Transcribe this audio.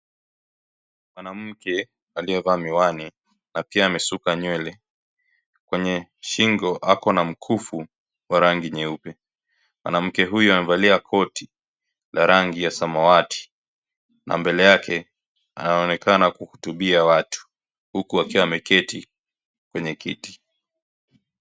Mwanamke aliyevaa miwani na pia amesuka nywele kwenye shingo ako na mkufu wa rangi nyeupe. Mwanamke huyu amevalia koti la rangi ya samawati na mbele yake anaonekana kuhutubia watu huku akiwa ameketi kwenye kiti.